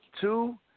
two